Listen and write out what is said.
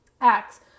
acts